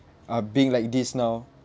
are being like this now